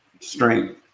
strength